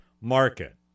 market